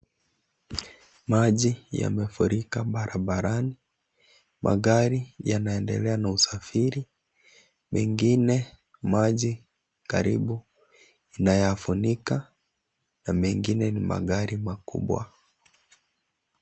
Maji yamefurika barabarani magari yanaendelea na usafiri mengine maji karibu inayafunika na mengine ni magari makubwa.